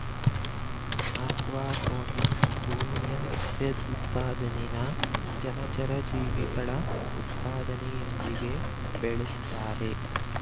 aquaponics ಭೂಮಿಯ ಸಸ್ಯದ್ ಉತ್ಪಾದನೆನಾ ಜಲಚರ ಜೀವಿಗಳ ಉತ್ಪಾದನೆಯೊಂದಿಗೆ ಬೆಳುಸ್ತಾರೆ